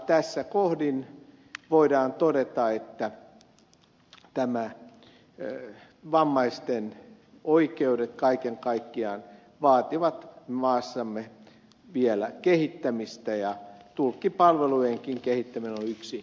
tässä kohdin voidaan todeta että nämä vammaisten oikeudet kaiken kaikkiaan vaativat maassamme vielä kehittämistä ja tulkkipalveluja kehittävä yksi